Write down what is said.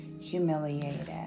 humiliated